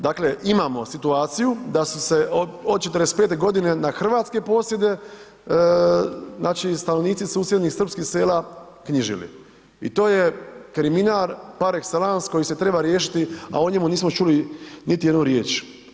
Dakle, imamo situaciju da su se od '45. godine na hrvatske posjede, znači stanovnici susjednih srpskih sela knjižili i to je kriminal par ekselans koji se treba riješiti, a o njemu nismo čuli niti jednu riječ.